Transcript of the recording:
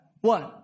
one